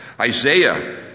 Isaiah